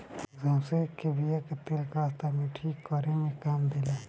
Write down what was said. रामतिल के बिया के तेल अस्थमा के ठीक करे में काम देला